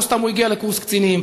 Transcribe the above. לא סתם הוא הגיע לקורס קצינים.